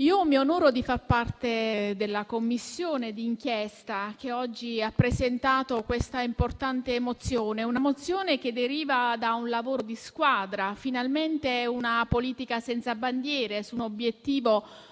mi onoro di far parte della Commissione d'inchiesta che oggi ha presentato questa importante mozione, che deriva da un lavoro di squadra; finalmente una politica senza bandiere, su un obiettivo comune